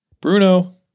Bruno